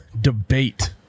debate